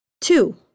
Two